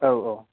औ औ